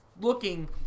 looking